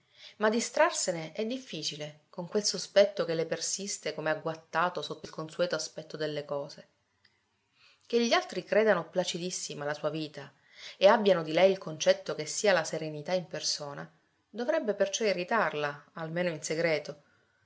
fissarcisi ma distrarsene è difficile con quel sospetto che le persiste come agguattato sotto il consueto aspetto delle cose che gli altri credano placidissima la sua vita e abbiano di lei il concetto che sia la serenità in persona dovrebbe perciò irritarla almeno in segreto